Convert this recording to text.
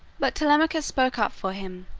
but telemachus spoke up for him,